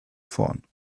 vorn